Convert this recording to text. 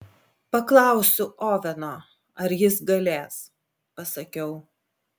paklausiu oveno ar jis galės pasakiau